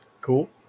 Cool